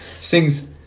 sings